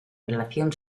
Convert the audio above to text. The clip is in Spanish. relación